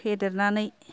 फेदेरनानै